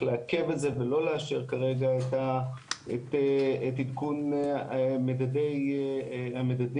לעכב את זה ולא לאשר כרגע את עדכון המדדים האלה,